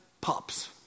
pups